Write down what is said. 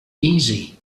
easy